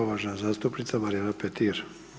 uvažena zastupnica Marijana Petir.